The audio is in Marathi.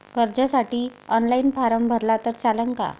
कर्जसाठी ऑनलाईन फारम भरला तर चालन का?